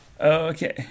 Okay